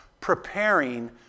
preparing